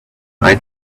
eye